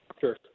sure